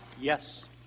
Yes